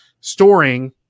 storing